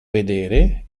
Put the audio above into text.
vedere